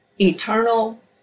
eternal